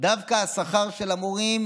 דווקא השכר של המורים